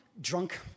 drunk